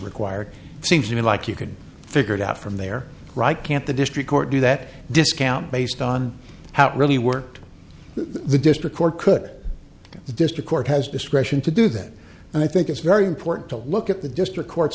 required seems to me like you could figure it out from there right can't the district court do that discount based on how it really worked the district court could the district court has discretion to do that and i think it's very important to look at the district court